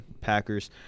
Packers